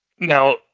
Now